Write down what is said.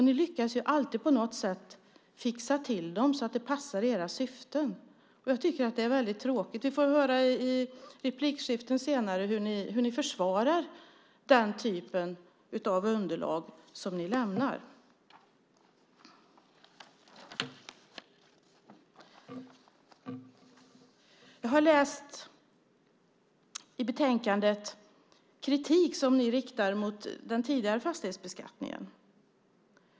Ni lyckas alltid på något sätt fixa till dem så att de passar era syften. Jag tycker att det är väldigt tråkigt. Vi får i senare replikskiften höra hur ni försvarar den typ av underlag som ni lämnar. Jag har i betänkandet läst kritik som ni riktar mot den tidigare fastighetsbeskattningen.